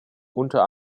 unter